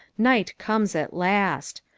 night comes at last.